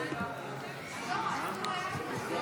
נתקבל.